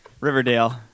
Riverdale